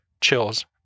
chills